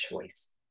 choice